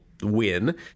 win